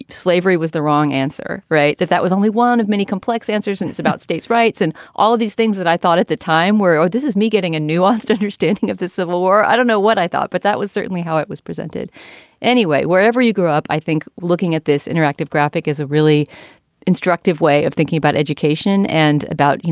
slavery was the wrong answer. right. that that was only one of many complex answers. it and is about states rights and all of these things that i thought at the time were, oh, this is me getting a nuanced understanding of the civil war. i don't know what i thought, but that was certainly how it was presented anyway. wherever you grew up, i think looking at this interactive graphic is a really instructive way of thinking about education and about, you know,